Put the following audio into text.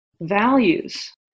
values